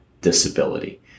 disability